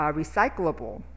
recyclable